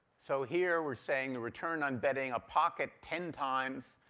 so here, we're saying the return on betting a pocket ten times,